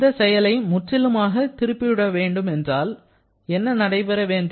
இந்த செயலை முற்றிலுமாக திருப்பிவிட வேண்டும் என்றால் என்ன நடைபெற வேண்டும்